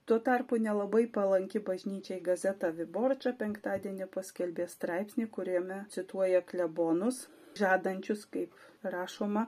tuo tarpu nelabai palanki bažnyčiai gazeta viborča penktadienį paskelbė straipsnį kuriame cituoja klebonus žadančius kaip rašoma